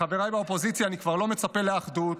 חבריי באופוזיציה, אני כבר לא מצפה לאחדות,